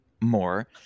more